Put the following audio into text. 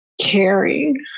caring